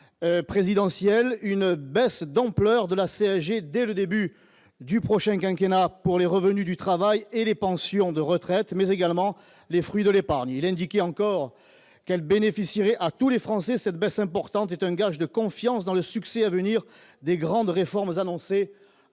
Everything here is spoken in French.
présidentiel, une baisse d'ampleur de la CSG dès le début du prochain quinquennat pour les revenus du travail et les pensions de retraite, mais également les fruits de l'épargne, il indiquait encore qu'elle bénéficierait à tous les Français, cette baisse importante est un gage de confiance dans le succès à venir des grandes réformes annoncées,